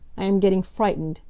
i am getting frightened.